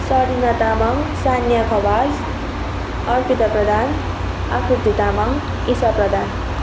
Sarina Tamang Sania Khawas Arpita Pradhan Akriti Tamang Isa Pradhan